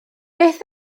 beth